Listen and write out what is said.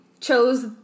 chose